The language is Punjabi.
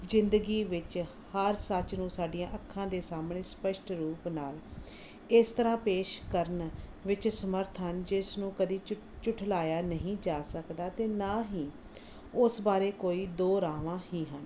ਜ਼ਿੰਦਗੀ ਵਿੱਚ ਹਰ ਸੱਚ ਨੂੰ ਸਾਡੀਆਂ ਅੱਖਾਂ ਦੇ ਸਾਹਮਣੇ ਸਪਸ਼ਟ ਰੂਪ ਨਾਲ ਇਸ ਤਰ੍ਹਾਂ ਪੇਸ਼ ਕਰਨ ਵਿੱਚ ਸਮਰਥ ਹਨ ਜਿਸ ਨੂੰ ਕਦੀ ਝੁ ਝੁਠਲਾਇਆ ਨਹੀਂ ਜਾ ਸਕਦਾ ਅਤੇ ਨਾ ਹੀ ਉਸ ਬਾਰੇ ਕੋਈ ਦੋਰਾਵਾਂ ਹੀ ਹਨ